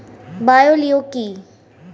Bio লিওর কি?